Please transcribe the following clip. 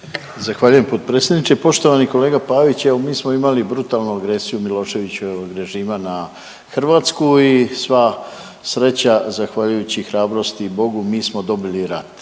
Zahvaljujem potpredsjedniče. Poštovani kolega Pavić, evo mi smo imali brutalnu agresiju Miloševićevog režima na Hrvatsku i sva sreća zahvaljujući hrabrosti i bogu mi smo dobili rat